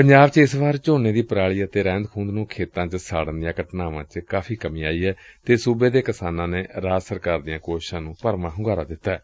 ਪੰਜਾਬ ਚ ਇਸ ਵਾਰ ਝੋਨੇ ਦੀ ਪਰਾਲੀ ਅਤੇ ਰਹਿੰਦ ਖੁੰਹਦ ਨੂੰ ਖੇਤਾਂ ਚ ਸਾਤਨ ਦੀਆਂ ਘਟਨਾਵਾਂ ਚ ਕਾਫ਼ੀ ਕਮੀ ਆਈ ਏ ਤੇ ਸੁਬੇ ਦੇ ਕਿਸਾਨਾਂ ਨੇ ਰਾਜ ਸਰਕਾਰ ਦੀਆਂ ਕੋਸ਼ਿਸਾਂ ਨੂੰ ਭਰਵਾਂ ਹੁੰਗਾਰਾ ਦਿੱਤੈ